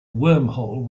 wormhole